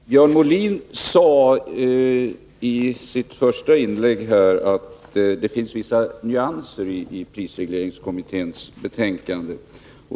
Herr talman! Björn Molin sade i sitt första inlägg att det finns vissa nyanser i prisregleringskommitténs betänkande.